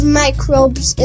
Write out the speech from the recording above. microbes